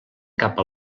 cap